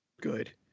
good